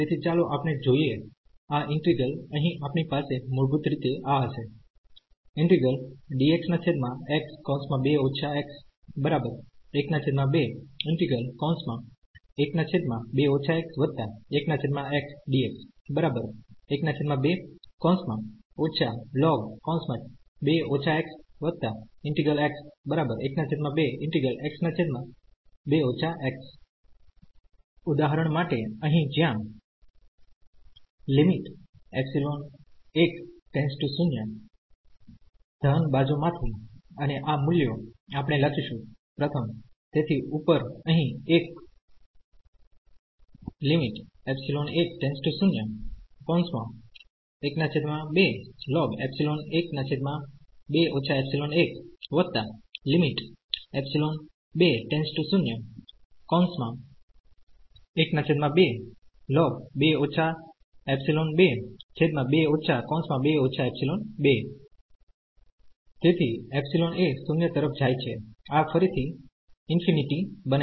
તેથી ચાલો આપણે જોઈએ આ ઈન્ટિગ્રલઅહિં આપણી પાસે મુળભુત રીતે આ હશે ઉદાહરણ માટે અહિં જ્યાં ધન બાજુ માંથી અને આ મુલ્યો આપણે લખીશું પ્રથમ તેથી ઉપર અહિં 1 તેથી ϵ એ 0 તરફ જાય છે આ ફરીથી ∞ બને છે